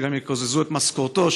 שגם יקזזו את משכורתו,